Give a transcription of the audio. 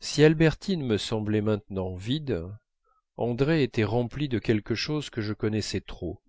si albertine me semblait maintenant vide andrée était remplie de quelque chose que je connaissais trop